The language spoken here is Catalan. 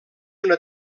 una